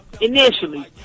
initially